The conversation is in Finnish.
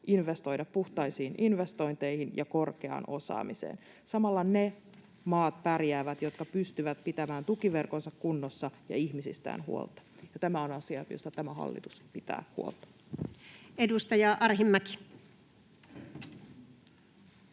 investoida puhtaisiin investointeihin ja korkeaan osaamiseen. Samalla pärjäävät ne maat, jotka pystyvät pitämään tukiverkkonsa kunnossa ja ihmisistään huolta. Nämä ovat ne asiat, joista tämä hallitus pitää huolta. Edustaja Arhinmäki.